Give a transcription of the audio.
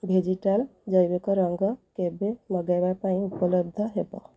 vegetal ଜୈବିକ ରଙ୍ଗ କେବେ ମଗାଇବା ପାଇଁ ଉପଲବ୍ଧ ହେବ